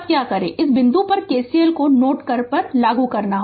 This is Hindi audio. अब क्या करें इस बिंदु पर KCL को नोड पर लागू करें